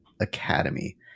Academy